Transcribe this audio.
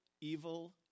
evil